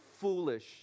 foolish